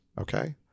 okay